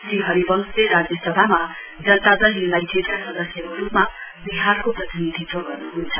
श्री हरिवंशले राज्यसभामा जनता दल य्नाइटेडका सदस्यको रूपमा विहारको प्रतिनिधित्व गर्नुहुन्छ